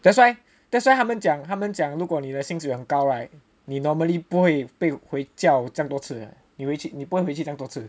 that's why that's why 他们讲他们讲如果你的新纪很高 right 你 normally 不会被回叫这样多次的你不会回去这样多次